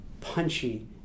punchy